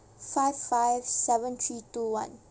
five five seven three two one